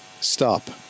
Stop